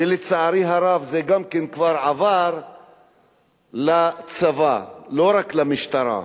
ולצערי הרב, זה גם כבר עבר לצבא, לא רק למשטרה.